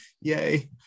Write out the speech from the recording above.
yay